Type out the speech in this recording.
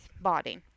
body